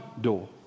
door